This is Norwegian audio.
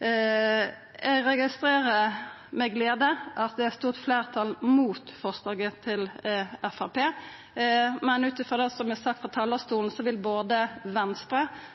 Eg registrerer med glede at det er eit stort fleirtal mot forslaget frå Framstegspartiet, men ut frå det som er sagt frå talarstolen, vil både Venstre,